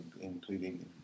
including